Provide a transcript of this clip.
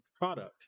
product